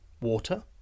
water